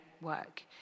work